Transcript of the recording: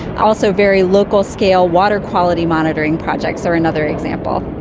also very local scale water quality monitoring projects are another example.